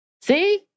see